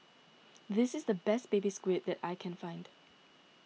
this is the best Baby Squid that I can find